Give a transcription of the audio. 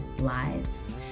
lives